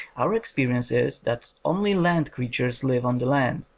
our experience is that only land creatures live on the land,